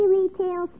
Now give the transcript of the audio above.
Retail